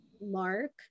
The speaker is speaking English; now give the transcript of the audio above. Mark